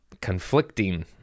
conflicting